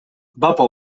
bapo